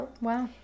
Wow